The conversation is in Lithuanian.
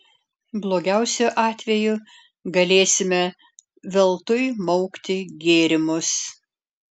blogiausiu atveju galėsime veltui maukti gėrimus